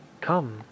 come